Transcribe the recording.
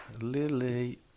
Lily